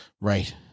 Right